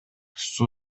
суу